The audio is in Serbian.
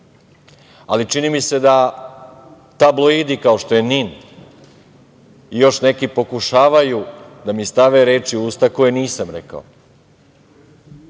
nije. Čini mi se da tabloidi, kao što je NIN i još neki, pokušavaju da mi stave reči u usta koje nisam rekao